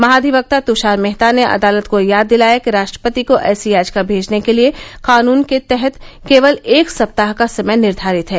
महाधिवक्ता तृषार मेहता ने अदालत को याद दिलाया कि राष्ट्रपति को ऐसी याचिका भेजने के लिए कानून के तहत केवल एक सप्ताह का समय निर्धारित है